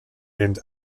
and